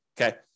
okay